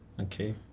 Okay